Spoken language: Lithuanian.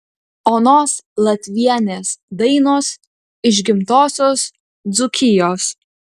onos latvienės dainos iš gimtosios dzūkijos